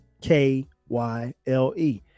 K-Y-L-E